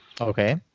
Okay